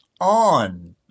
on